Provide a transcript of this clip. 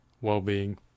well-being